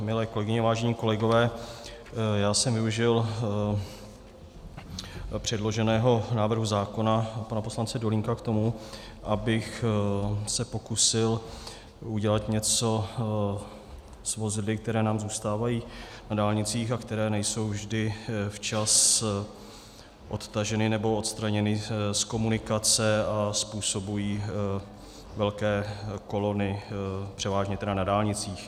Milé kolegyně, vážení kolegové, já jsem využil předloženého návrhu zákona pana poslance Dolínka k tomu, abych se pokusil udělat něco s vozidly, která nám zůstávají na dálnicích a která nejsou vždy včas odtažena nebo odstraněna z komunikace a způsobují velké kolony, převážně tedy na dálnicích.